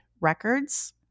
records